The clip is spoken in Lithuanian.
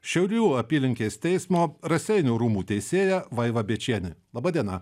šiaulių apylinkės teismo raseinių rūmų teisėja vaiva bėčienė laba diena